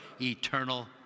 eternal